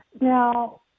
Now